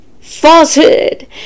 falsehood